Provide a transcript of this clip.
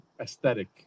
aesthetic